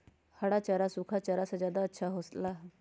हरा चारा सूखा चारा से का ज्यादा अच्छा हो ला?